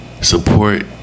support